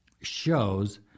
shows